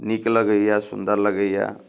नीक लगैये सुन्दर लगैये